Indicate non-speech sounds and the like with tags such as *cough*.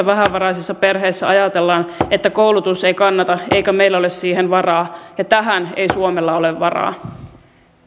*unintelligible* vähävaraisissa perheissä ajatellaan että koulutus ei kannata eikä meillä ole siihen varaa ja tähän ei suomella ole varaa